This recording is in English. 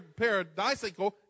paradisical